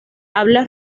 habla